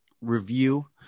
review